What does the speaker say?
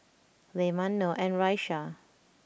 Leman Noh and Raisya